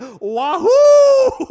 Wahoo